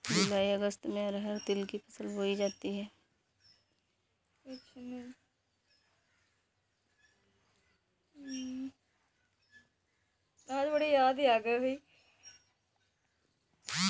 जूलाई अगस्त में अरहर तिल की फसल बोई जाती हैं